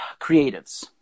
creatives